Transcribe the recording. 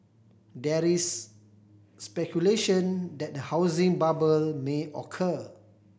there is speculation that a housing bubble may occur